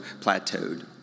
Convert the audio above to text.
plateaued